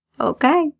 Okay